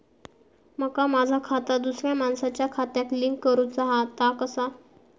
माका माझा खाता दुसऱ्या मानसाच्या खात्याक लिंक करूचा हा ता कसा?